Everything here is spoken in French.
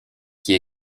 qui